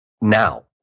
now